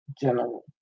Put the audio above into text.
general